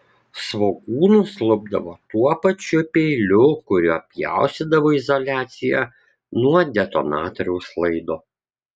svogūnus lupdavo tuo pačiu peiliu kuriuo pjaustydavo izoliaciją nuo detonatoriaus laido